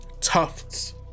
tufts